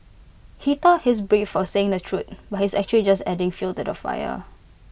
he thought he's brave for saying the truth but he's actually just adding fuel to the fire